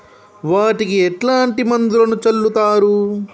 వాటికి ఎట్లాంటి మందులను చల్లుతరు?